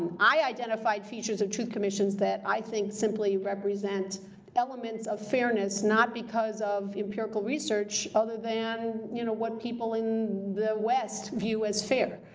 um i identified features of truth commissions that i think simply represent elements of fairness, not because of empirical research other than you know what people in the west view as fair.